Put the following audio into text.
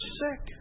sick